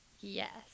yes